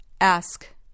Ask